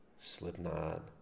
Slipknot